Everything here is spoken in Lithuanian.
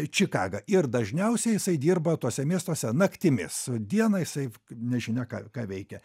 čikaga ir dažniausiai jisai dirba tuose miestuose naktimis dieną jisai nežinia ką ką veikia